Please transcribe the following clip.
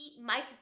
Mike